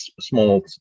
small